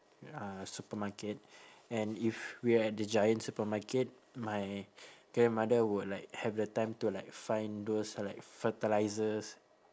uh supermarket and if we are at the giant supermarket my grandmother would like have the time to like find those like fertilisers